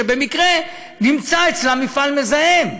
שבמקרה נמצא אצלה מפעל מזהם,